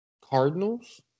Cardinals